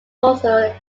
also